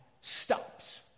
stops